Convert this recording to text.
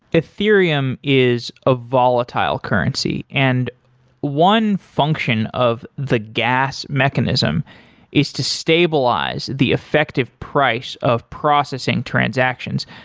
ethereum is of volatile currency, and one function of the gas mechanism is to stabilize the effective price of processing transactions.